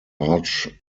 arch